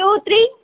two three